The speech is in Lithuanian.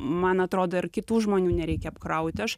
man atrodo ir kitų žmonių nereikia apkraut aš